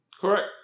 Correct